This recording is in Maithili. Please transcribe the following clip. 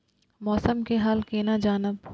मौसम के हाल केना जानब?